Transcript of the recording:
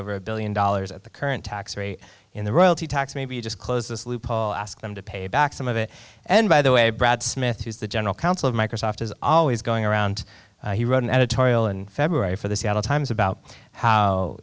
over a billion dollars at the current tax rate in the royalty tax maybe you just close this loophole ask them to pay back some of it and by the way brad smith who's the general counsel of microsoft is always going around he wrote an editorial in february for the seattle times about how